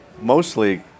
mostly